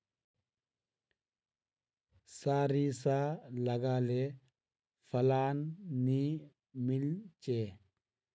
सारिसा लगाले फलान नि मीलचे?